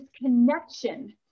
connection